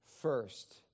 first